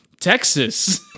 texas